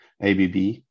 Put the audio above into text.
ABB